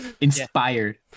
inspired